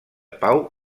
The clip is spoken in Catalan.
pau